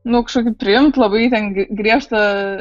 nu kožkokį priimt labai ten griežtą